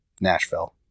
Nashville